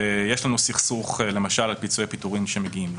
ויש לנו סכסוך למשל על פיצויי הפיטורים שמגיעים לו,